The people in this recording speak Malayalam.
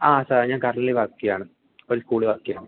ആ സാർ ഞാൻ കറൻലി വർക്ക് ചെയ്യുകയാണ് ഒരു സ്കൂളിൽ വർക്ക് ചെയ്യുകയാണ്